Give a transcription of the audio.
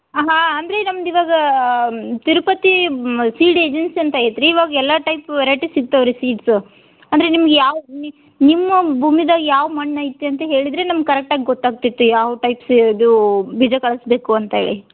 ಹಾಂ ಅಂದರೆ ನಮ್ದು ಇವಾಗ ತಿರುಪತಿ ಸೀಡ್ ಏಜನ್ಸಿ ಅಂತ ಐತ್ರೀ ಇವಾಗ ಎಲ್ಲ ಟೈಪ್ ವೆರೈಟಿ ಸಿಗ್ತಾವ ರೀ ಸೀಡ್ಸು ಅಂದರೆ ನಿಮ್ಗೆ ಯಾವುದು ನಿಮ್ಮ ಭೂಮಿದಾಗ್ ಯಾವ ಮಣ್ಣು ಐತೆ ಅಂತ ಹೇಳಿದರೆ ನಮ್ಗೆ ಕರೆಕ್ಟಾಗಿ ಗೊತ್ತಾಗ್ತದೆ ಯಾವ ಟೈಪ್ಸ್ ಇದೂ ಬೀಜ ಕಳಿಸಬೇಕು ಅಂತೇಳಿ